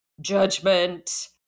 judgment